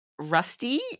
Rusty